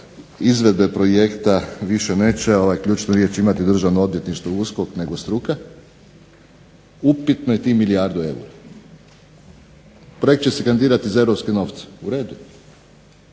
izvedbe projekte više neće ključnu riječ imati Državno odvjetništvo i USKOK nego struka upitno je tih milijardu eura. Projekt će se kandidirati za europske novce. U redu,